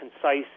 concise